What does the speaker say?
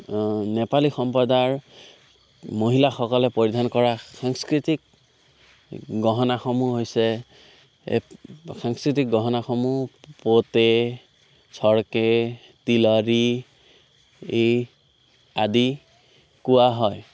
অঁ নেপালী সম্প্ৰদায়ৰ মহিলাসকলে পৰিধান কৰা সাংস্কৃতিক গহনাসমূহ হৈছে সাংস্কৃতিক গহনাসমূহ প'টে চৰ্কে তিলৰী ই আদি কোৱা হয়